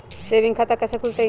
Saving खाता कैसे खुलतई?